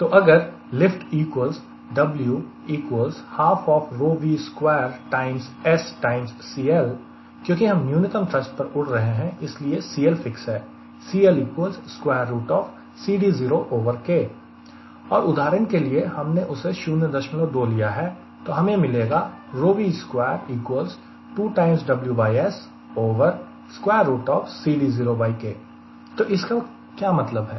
तो अगर क्योंकि हम न्यूनतम थ्रस्ट पर उड़ रहे हैं इसलिए CL फिक्स है और उदाहरण के लिए हमने उसे 02 लिया है तो हमें मिलेगा तो इसका क्या मतलब है